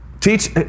Teach